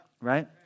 Right